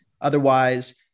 otherwise